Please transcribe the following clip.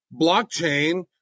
blockchain